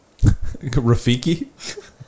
Rafiki